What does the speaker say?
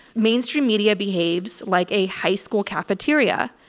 mainstream media behaves like a high school cafeteria.